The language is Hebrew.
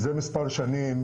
מזה מספר שנים,